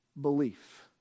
belief